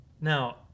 Now